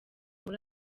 muri